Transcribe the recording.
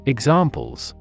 Examples